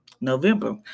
November